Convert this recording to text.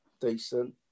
decent